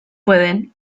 pueden